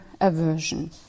aversion